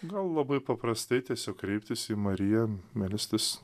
gal labai paprastai tiesiog kreiptis į mariją melstis